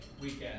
weekend